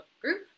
group